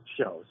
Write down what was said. shows